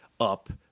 up